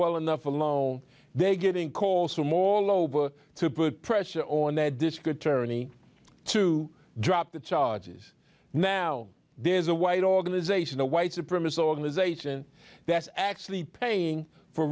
well enough alone they getting calls from all over to put pressure on their discrete tourney to drop the charges now there's a white organization the white supremacy organization that's actually paying for